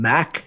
Mac